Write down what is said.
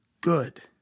good